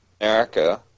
america